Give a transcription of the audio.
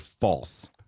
false